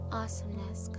awesomeness